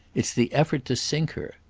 it's the effort to sink her.